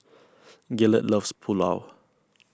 Gaylord loves Pulao